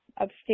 upstate